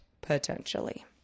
potentially